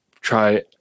try